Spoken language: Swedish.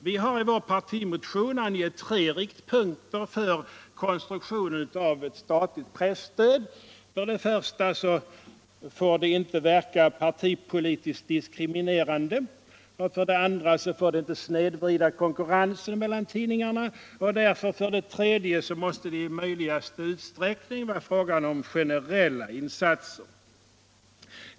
Vi har i vår partimotion angett tre riktpunkter för konstruktionen av ett statligt presstöd. För det första får det inte verka partipolitiskt diskriminerande, för det andra får det inte snedvrida konkurrensen mellan tidningarna, och därför måste det för det tredje i största möjliga utsträckning vara fråga om generella insatser.